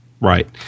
right